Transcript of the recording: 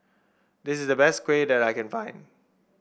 this is the best kuih that I can find